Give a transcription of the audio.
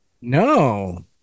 No